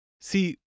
See